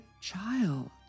child